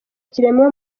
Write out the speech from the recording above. kiremwa